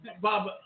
Bob